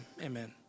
amen